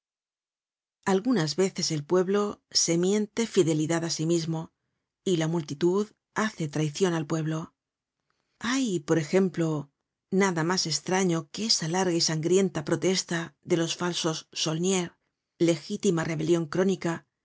algunas veces el pueblo se miente fidelidad á sí mismo y la multitud hace traicion al pueblo hay por ejemplo nada mas estraño que esa larga y sangrienta protesta de los falsos saulniers legítima rebelion crónica